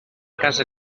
casa